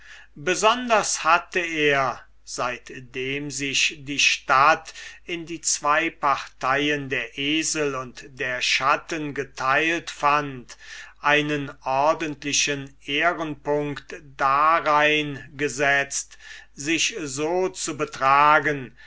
besonders aber hatte er seitdem sich die stadt in die zwo parteien der esel und der schatten geteilt befand einen ordentlichen ehrenpunct darin gesetzt sich so zu betragen